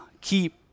keep